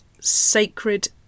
sacred